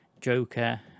Joker